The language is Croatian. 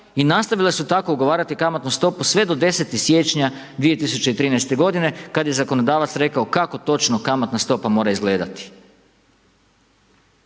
i nastavile su tako ugovarati kamatnu stopu sve do 10. siječnja 2013. godine kad je zakonodavac rekao kako točno kamatna stopa mora izgledati.